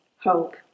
hope